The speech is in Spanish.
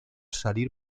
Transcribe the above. salir